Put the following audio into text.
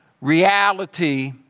reality